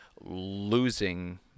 losing